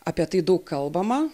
apie tai daug kalbama